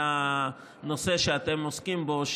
הנושא שאתם עוסקים בו,